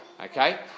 Okay